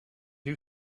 new